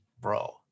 Bro